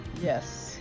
Yes